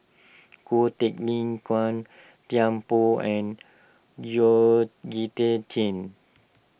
Ko Teck Nin Gan Thiam Poh and Georgette Chen